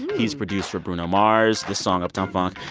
he's produced for bruno mars this song uptown funk.